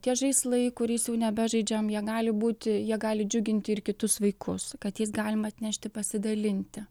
tie žaislai kuriais jau nebežaidžiam jie gali būti jie gali džiuginti ir kitus vaikus kad jais galima atnešti pasidalinti